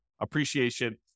appreciation